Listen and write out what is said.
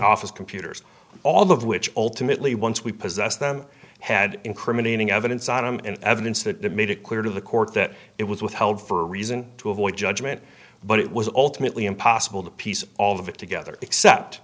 office computers all of which ultimately once we possessed them had incriminating evidence on them and evidence that made it clear to the court that it was withheld for a reason to avoid judgement but it was ultimately impossible to piece all of it together except